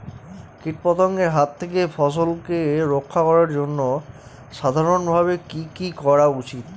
কীটপতঙ্গের হাত থেকে ফসলকে রক্ষা করার জন্য সাধারণভাবে কি কি করা উচিৎ?